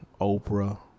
oprah